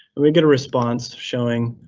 and we get a response showing,